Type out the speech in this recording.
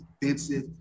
defensive